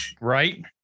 right